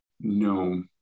no